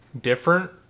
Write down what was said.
different